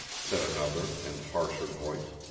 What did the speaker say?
said another and harsher voice.